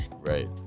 Right